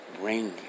Bring